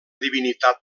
divinitat